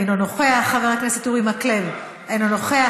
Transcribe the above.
אינו נוכח,